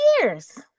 years